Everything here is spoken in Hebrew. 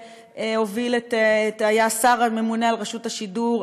שהוביל והיה השר הממונה על רשות השידור,